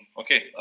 okay